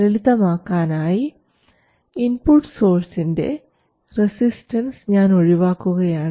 ലളിതമാക്കാനായി input സോഴ്സിൻറെ resistance ഞാൻ ഒഴിവാക്കുകയാണ്